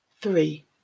Three